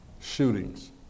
Shootings